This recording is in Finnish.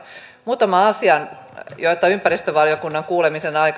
muutamaan asiaan joita ympäristövaliokunnan kuulemisen